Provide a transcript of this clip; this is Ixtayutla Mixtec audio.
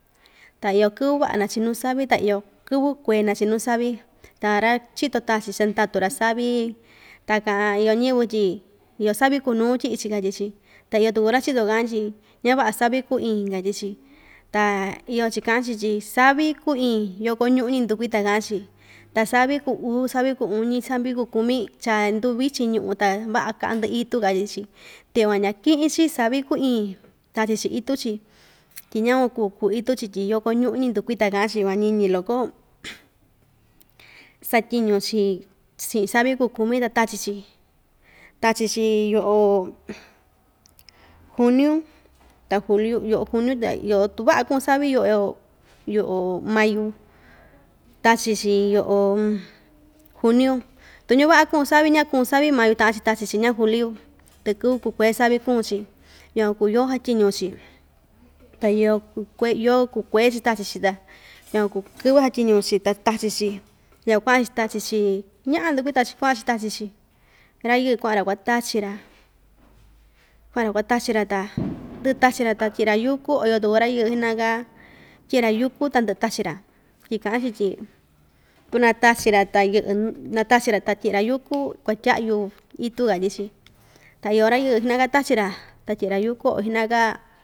Ta iyo kɨvɨ va'a nachínu savi ta iyo kɨvɨ kuee nachínu savi ta ra‑chito tachi cha ndatu‑ra savi ta iyo ñɨvɨ tyi iyo savi ku nuu tyi'i‑chi katyi‑chi ta iyo tuku ra‑chito ka'a tyi ña‑va'a savi ku iin katyichi ta iyo‑chi ka'an‑chi tyi savi ku iin yokó ñu'un‑ñi ndukuita ka'an‑chi ta savi ku uu savi ku uñi savi ku kumi cha nduvichin ñu'un ta va'a ka'ndɨ itu katyi‑chi ta yukuan ña‑ki'in‑chi savi kuu iin tachi‑chi itu‑chi tyi ñakua‑kuu ku itu‑chi tyi yokó ñu'un‑ñi ndukuita ka'an‑chi van ñiñi loko satyiñu‑chi chi'in savi kuu kumi ta tachi‑chi tachi‑chi yo'o juniu ta juliu, yo'o juniu ya yo'o tu va'a ku'un savi yo'o yo yo'o mayu tachi‑chi yo'o juniu tu ña‑va'a kuun savi ña‑kuu savi mayu ta'an‑chi tachi‑chi ña juliu ta kɨvɨ kukué savi kunchi yukuan kuu yoo satyiñu‑chi ta yo ku yoo kuekue‑chi tachi‑chi ta yukuan kuu kɨvɨ satyiñu‑chi ta tachi‑chi yukuan kua'an‑chi tachi‑chi ña'á ndukuita‑chi kua'an‑chi tachi‑chi ra‑yɨɨ kua'an‑ra kuata‑chi‑ra kua'an‑ra kuatachi‑ra ta ndɨ'ɨ tachi‑ra ta tyi'i‑ra yúku o iyo tuku ra‑yɨɨ xi'na‑ka tyi'i‑ra yúku ta ndɨ'ɨ tachi‑ra tyi ka'an‑chi tyi tu natachi‑ra ta yɨ'ɨ na tachi‑ra ta tyi'i‑ra yúku kuatya'yu itu katyi‑chi ta iyo ra‑yɨɨ ji'na‑ka tachi‑ra ta tyi'i‑ra yúku o xi'na‑ka.